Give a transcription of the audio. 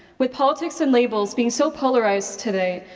with politics and labels being so polarized today,